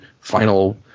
final